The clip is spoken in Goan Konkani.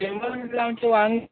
फेम्स म्हटल्यार आमचीं वांगी